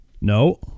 No